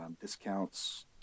discounts